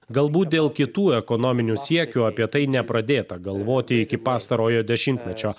galbūt dėl kitų ekonominių siekių apie tai ne pradėta galvoti iki pastarojo dešimtmečio